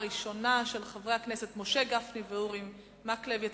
של חברי הכנסת משה גפני ואורי מקלב, קריאה ראשונה.